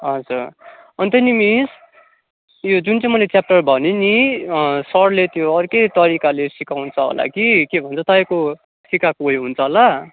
हजुर अन्त नि मिस यो जुन चाहिँ मैले च्याप्टर भनेँ नि सरले त्यो अर्कै तरिकाले सिकाउँँछ होला कि के भन्छ तपाईँको सिकाको उयो हुन्छ होला